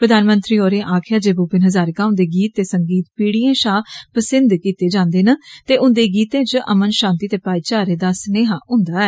प्रधानमंत्री होरें आक्खेआ जे भुपेन हजारिका हुन्दे गीत ते संगीत पीड़ियें षा पसन्द किते जंदे न ते उन्दे गीतें च अमन षांति ते भाईचारें दा सनेहा हुन्दा ऐ